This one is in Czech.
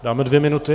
Dáme dvě minuty?